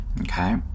Okay